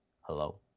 Hello